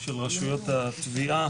של רשויות התביעה.